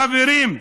חברים,